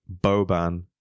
Boban